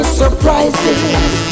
surprises